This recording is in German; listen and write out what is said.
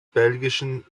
belgischen